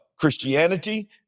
Christianity